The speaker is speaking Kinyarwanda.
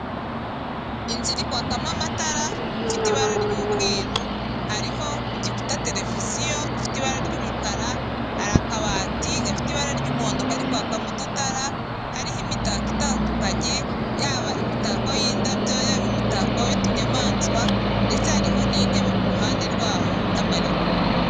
Inzu irikwakamo amatara ifite ibara ry'umweru hariho ku gikuta televiziyo ifite ibara ry'umukara, hari akabati gafite ibara ry'umuhondo kari kwakamo udutara, hariho imitako itandukanye yaba imitako y'indabyoya, yaba imitako y'utunyamaswa ndetse harihoho n'intebe kuruhande rwaho n'amarido.